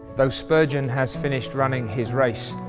though spurgeon has finished running his race,